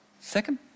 second